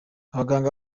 abaganga